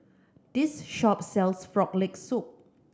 this shop sells Frog Leg Soup